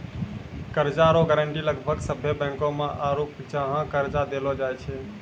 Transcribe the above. कर्जा रो गारंटी लगभग सभ्भे बैंको मे आरू जहाँ कर्जा देलो जाय छै